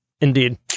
Indeed